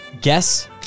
guess